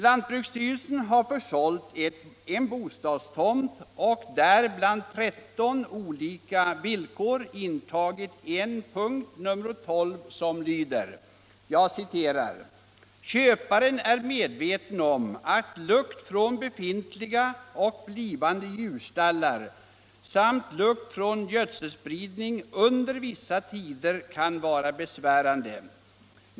Lantbruksstyrelsen har försålt en viss bostadstomt och där bland 13 olika villkor intagit en punkt nr 12, som lyder: ”Köparen är medveten om att lukt från befintliga och blivande djurstallar samt lukt från gödselspridning under vissa tider kan vara besvärande.